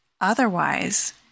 Otherwise